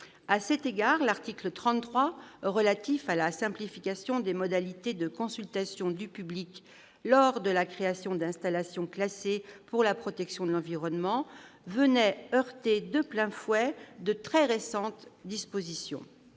À cet égard, l'article 33 relatif à la simplification des modalités de consultation du public lors de la création d'installations classées pour la protection de l'environnement venait heurter de plein fouet de très récentes dispositions.